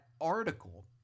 article